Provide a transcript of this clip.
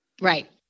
Right